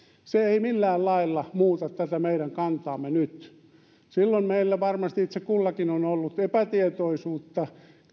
ei millään lailla muuta tätä meidän kantaamme nyt silloin meillä varmasti itse kullakin on ollut epätietoisuutta